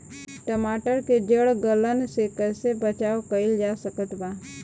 टमाटर के जड़ गलन से कैसे बचाव कइल जा सकत बा?